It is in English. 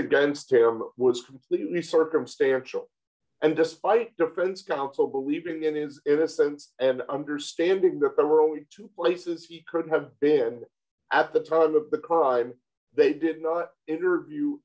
against him was completely circumstantial and despite defense counsel believing in his innocence and understanding that there were only two places he could have been at the time of the crime they did not interview